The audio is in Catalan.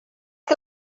que